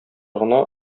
гына